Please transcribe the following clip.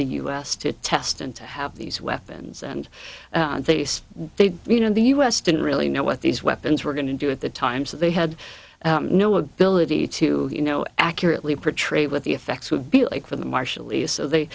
the u s to test and to have these weapons and they say they you know the u s didn't really know what these weapons were going to do at the time so they had no ability to you know accurately portray what the effects would be like for the marshallese so they